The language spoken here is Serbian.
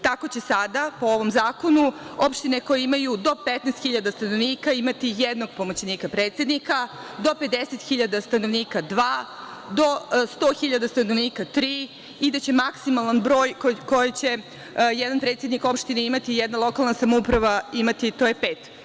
Tako će sada po ovom zakonu opštine koje imaju do 15 hiljada stanovnika imati jednog pomoćnika predsednika, do 50 hiljada stanovnika dva, do 100 hiljada stanovnika tri i da će maksimalan broj koji će jedan predsednik opštine imati, jedna lokalna samouprava imati to je pet.